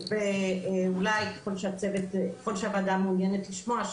ככל שהוועדה מעוניינת לשמוע,